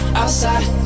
outside